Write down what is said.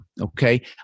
Okay